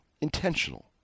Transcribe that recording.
intentional